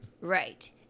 Right